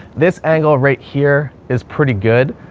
this angle right here is pretty good.